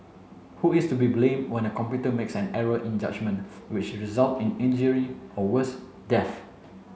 who is to be blamed when a computer makes an error in judgement which result in injury or worse death